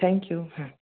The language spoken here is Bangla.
থ্যাংক ইউ হ্যাঁ